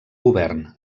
govern